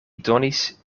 donis